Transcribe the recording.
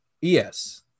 yes